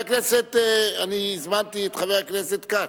אני הזמנתי את חבר הכנסת כץ,